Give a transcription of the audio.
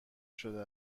شده